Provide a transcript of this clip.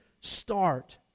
start